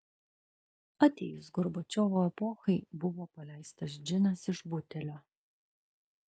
atėjus gorbačiovo epochai buvo paleistas džinas iš butelio